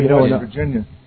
Virginia